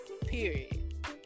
Period